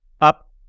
up